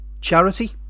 charity